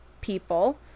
people